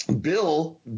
Bill